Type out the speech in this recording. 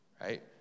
right